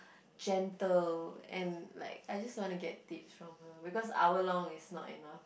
gentle and like I just wanna get tips from her because hour long is not enough